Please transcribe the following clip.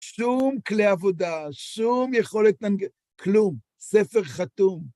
שום כלי עבודה, שום יכולת... כלום. ספר חתום.